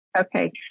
Okay